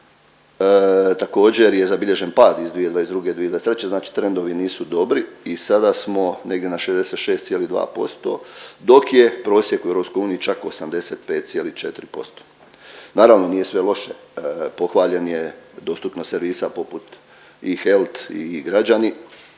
također je zabilježen pad iz 2022.-2023. znači trendovi nisu dobri i sada smo negdje na 66,2% dok je prosjek u EU čak 85,4%. Naravno nije sve loše, pohvaljen je dostupnost servisa poput Ihealth i e-građanin,